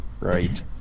Right